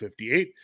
58